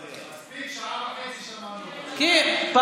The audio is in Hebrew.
מספיק שעה וחצי שמענו אותו.